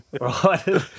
Right